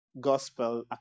Gospel